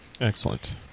excellent